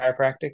chiropractic